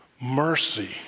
Mercy